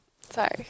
Sorry